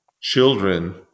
children